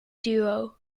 duo